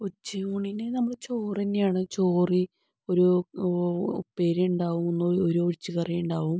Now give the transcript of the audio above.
ഉച്ചയൂണിന് നമ്മൾ ചോറ് തന്നെയാണ് ചോറി ഒരു ഉപ്പേരി ഉണ്ടാകും ഒരു ഒഴിച്ചു കറിയുണ്ടാകും